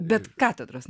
bet katedros